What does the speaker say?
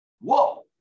Whoa